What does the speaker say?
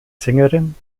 sängerin